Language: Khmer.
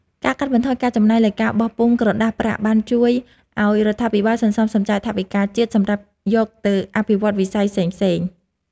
ការកាត់បន្ថយការចំណាយលើការបោះពុម្ពក្រដាសប្រាក់បានជួយឱ្យរដ្ឋាភិបាលសន្សំសំចៃថវិកាជាតិសម្រាប់យកទៅអភិវឌ្ឍវិស័យផ្សេងៗ។